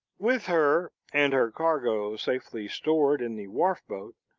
with her and her cargo safely stored in the wharf-boat,